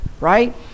right